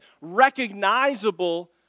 recognizable